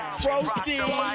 proceed